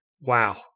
Wow